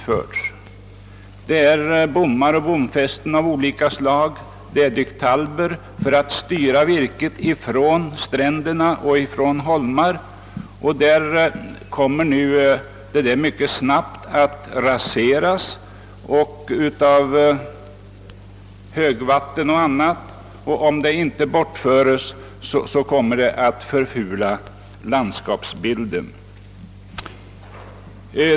Det är bommar och bomfästen av olika slag och dykdalber för att styra virket från flodstränder och holmar. Allt detta kommer nu mycket snabbt att raseras av högvatten och annat, och om de inte bortföres kommer det att förfula landskapsbilden.